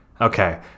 Okay